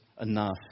enough